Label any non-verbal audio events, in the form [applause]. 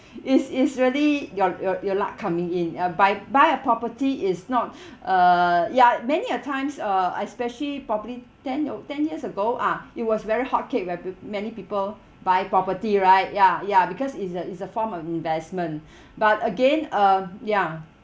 is is really your your your luck coming in uh buy buy a property is not [breath] uh ya many a times uh especially property ten yea~ ten years ago ah it was very hotcake where peo~ many people buy property right ya ya because it's a is a form of investment [breath] but again um ya